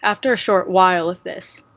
after a short while of this,